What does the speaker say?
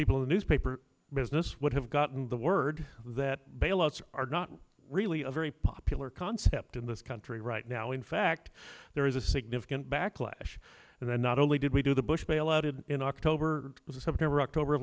people in the newspaper business would have gotten the word that bailouts are not really a very popular concept in this country right now in fact there is a significant backlash and then not only did we do the bush bailout did in october the september october